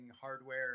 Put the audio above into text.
hardware